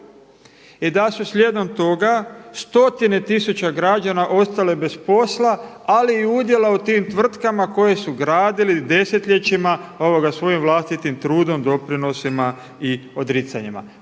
i da su slijedom toga stotine tisuća građana ostale bez posla ali i udjela u tim tvrtkama koje su gradile desetljećima svojim vlastitim trudom doprinosima i odricanjima.